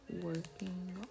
working